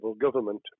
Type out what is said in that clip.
government